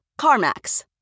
CarMax